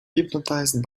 hypnotized